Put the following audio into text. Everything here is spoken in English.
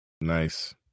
nice